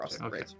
okay